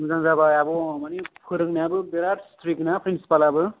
मोजां जाबाय आब' माने फोरोंनायाबो बिराथ सट्रिक्ट ना प्रिनसिपालाबो